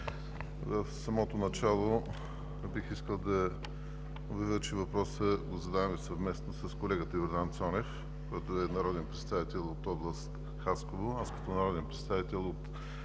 В самото начало бих искал да обявя, че въпроса го задаваме съвместно с колегата Йордан Цонев, който е народен представител от област Хасково, аз – като народен представител от